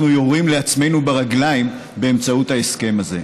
יורים לעצמנו ברגליים באמצעות החוק הזה.